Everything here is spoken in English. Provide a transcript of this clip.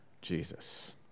Jesus